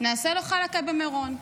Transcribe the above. נעשה לו חלאקה במירון.